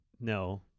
No